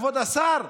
כבוד השר?